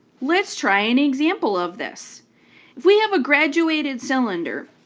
let's try an example of this. if we have a graduated cylinder,